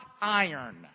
iron